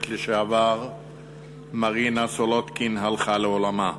לשעבר מרינה סולודקין הלכה לעולמה.